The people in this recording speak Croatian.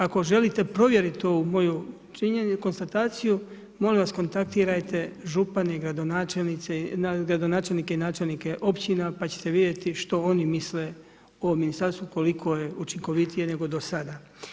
Ako želite provjeriti ovu moju konstataciju, molim vas kontaktirajte župane, gradonačelnike i načelnike općina pa ćete vidjeti što oni misle o Ministarstvu koliko je učinkovitije nego do sada.